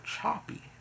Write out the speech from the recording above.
choppy